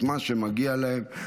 את מה שמגיע להם.